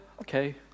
okay